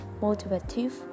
motivative